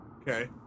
Okay